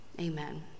Amen